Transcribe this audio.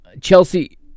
Chelsea